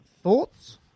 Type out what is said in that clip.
Thoughts